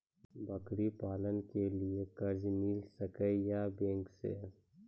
बकरी पालन के लिए कर्ज मिल सके या बैंक से?